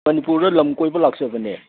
ꯃꯅꯤꯄꯨꯔꯗ ꯂꯝ ꯀꯣꯏꯕ ꯂꯥꯛꯆꯕꯅꯦ